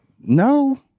No